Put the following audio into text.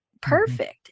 perfect